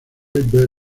better